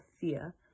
fear